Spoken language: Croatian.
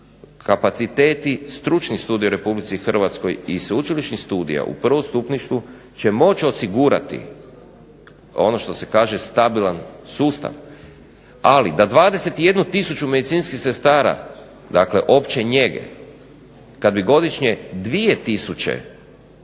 kapaciteti stručnih studija u RH i sveučilišnih studija u prvostupništvu će moći osigurati ono što se kaže stabilan sustav. Ali, da 21 tisuću medicinskih sestara, dakle opće njege, kad bi godišnje 2